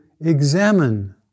examine